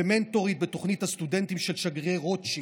מנטורית בתוכנית הסטודנטים של שגרירי רוטשילד.